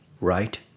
right